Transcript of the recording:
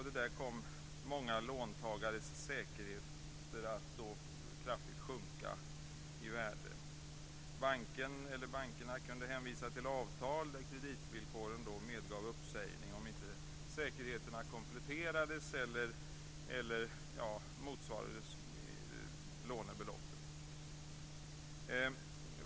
Det kom många låntagares säkerheter att kraftigt sjunka i värde. Bankerna kunde hänvisa till avtal där kreditvillkoren medgav uppsägning om inte säkerheterna kompletterades och motsvarade lånebeloppet.